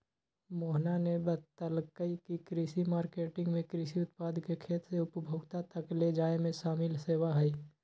मोहना ने बतल कई की कृषि मार्केटिंग में कृषि उत्पाद के खेत से उपभोक्ता तक ले जाये में शामिल सेवा हई